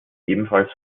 ebenfalls